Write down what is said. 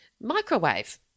microwave